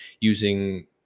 using